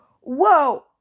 Whoa